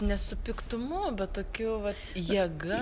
ne su piktumu bet tokiu va jėga